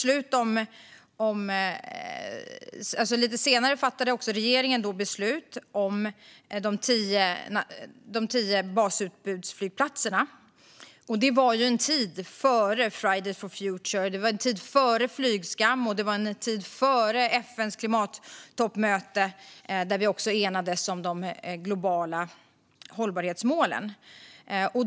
Lite senare fattade regeringen beslut om de tio basutbudsflygplatserna, och det var i en tid före Fridays for Future, flygskam och FN:s klimattoppmöte, där vi också enades om de globala hållbarhetsmålen.